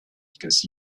because